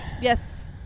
Yes